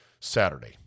Saturday